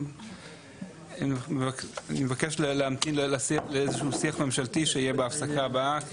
אני מבקש להמתין לאיזה שהוא שיח ממשלתי שיהיה בהפסקה הבאה,